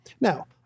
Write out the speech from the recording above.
Now